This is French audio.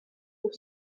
pour